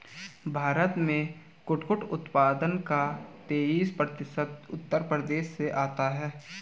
भारत में कुटकुट उत्पादन का तेईस प्रतिशत उत्तर प्रदेश से आता है